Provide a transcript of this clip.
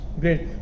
Great